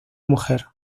mujer